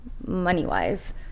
money-wise